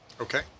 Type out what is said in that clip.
Okay